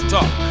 Talk